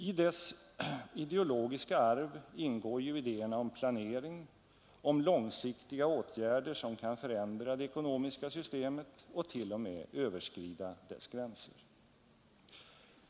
I dess ideologiska arv ingår ju idéerna om planering, om långsiktiga åtgärder som kan förändra det ekonomiska systemet och t.o.m. överskrida dess gränser.